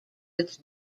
its